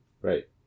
Right